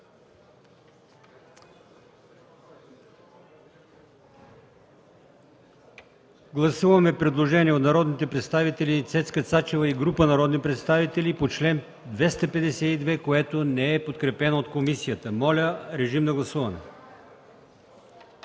Гласуваме предложение от народния представител Цецка Цачева и група народни представители по чл. 275, което не е подкрепено от комисията. Гласували